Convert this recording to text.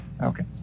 okay